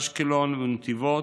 באשקלון ובנתיבות,